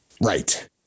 right